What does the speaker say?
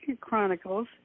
Chronicles